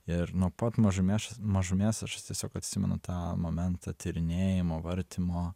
ir nuo pat mažumėš mažumės aš tiesiog atsimenu tą momentą tyrinėjimo vartymo